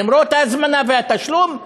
למרות ההזמנה והתשלום,